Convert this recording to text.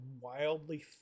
wildly